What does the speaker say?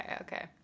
Okay